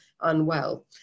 unwell